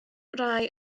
rhai